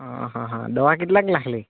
અહહં દવા કેટલાક નાંખેલી